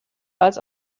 als